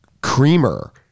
creamer